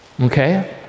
Okay